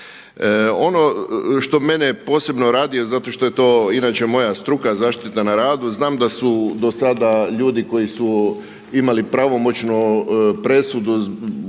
Ono što mene posebno raduje zato što je to inače moja struka, zaštita na radu, znam da su do sada ljudi koji su imali pravomoćnu presudu